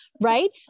right